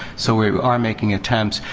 so, we are making attempt.